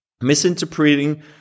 misinterpreting